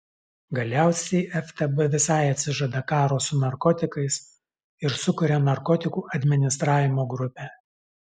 galiausiai ftb visai atsižada karo su narkotikais ir sukuria narkotikų administravimo grupę